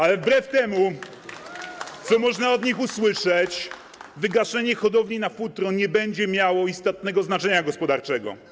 Ale wbrew temu, co można od nich usłyszeć, wygaszenie hodowli na futro nie będzie miało istotnego znaczenia gospodarczego.